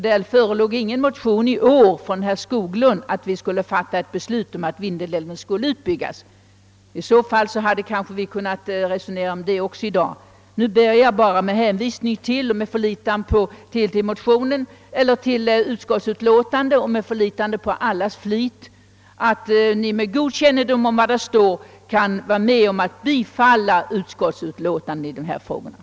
Det förelåg ingen motion i år från herr Skoglund med förslag om utbyggnad av Vindelälven. Om så hade varit fallet skulle vi kanske ha kunnat resonera även om detta i dag. Nu ber jag bara — med hänvisning till utskottets utlåtande och med förlitande till allas flit — att ni med god kännedom om vad som står i utlåtandet bifaller utskottets hemställan.